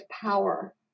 power